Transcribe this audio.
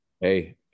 Hey